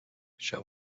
shall